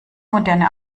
moderne